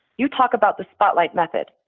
you talk about the spotlight method.